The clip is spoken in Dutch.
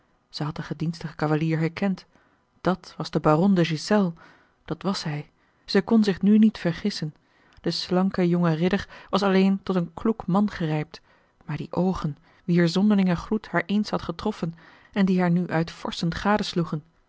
zij had den gedienstigen cavalier herkend dàt was de baron de ghiselles dat was hij zij kon zich nu niet vergissen de slanke jonge ridder was alleen tot een kloek man gerijpt maar die oogen wier zonderlinge gloed haar eens had getroffen en die haar nu uitvorschend